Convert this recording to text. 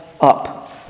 up